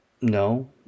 No